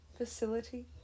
Facility